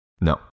No